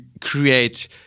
create